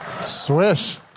Swish